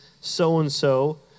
so-and-so